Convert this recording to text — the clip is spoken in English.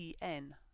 en